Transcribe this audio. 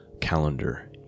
calendar